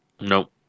No